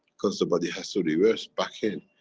because the body has to reverse back in,